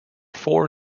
four